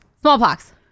Smallpox